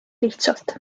lihtsalt